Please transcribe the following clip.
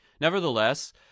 nevertheless